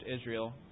Israel